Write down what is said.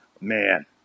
man